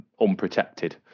unprotected